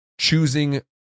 choosing